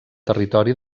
territori